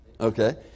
Okay